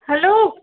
hello